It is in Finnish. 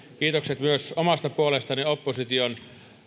kiitokset myös omasta puolestani opposition